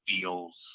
feels